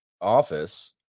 office